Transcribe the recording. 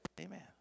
Amen